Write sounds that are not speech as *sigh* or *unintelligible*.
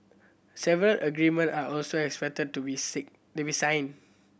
several agreements are also expected to be *unintelligible* to be signed